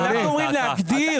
אתם לא הבנתם.